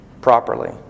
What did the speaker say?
properly